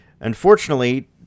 unfortunately